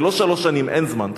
ולא שלוש שנים, אין זמן.